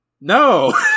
No